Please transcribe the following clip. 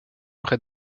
près